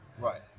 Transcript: right